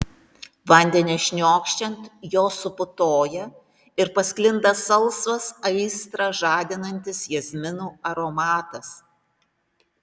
vandeniui šniokščiant jos suputoja ir pasklinda salsvas aistrą žadinantis jazminų aromatas